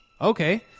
okay